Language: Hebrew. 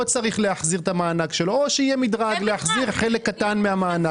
לא צריך להחזיר את המענק שלו או שיהיה מדרג ויחזיר חלק קטן מהמענק.